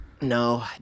No